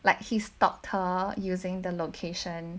like he stalked her using the location